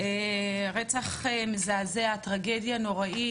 רצח מזעזע, טרגדיה נוראית.